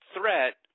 threat